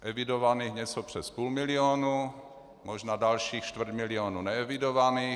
Evidovaných něco přes půl milionu, možná dalších čtvrt milionu neevidovaných.